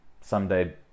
someday